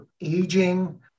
aging